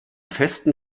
festen